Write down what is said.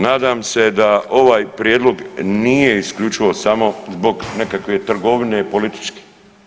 Nadam se da ovaj prijedlog nije isključivo samo zbog nekakve trgovine političke.